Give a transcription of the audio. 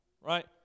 right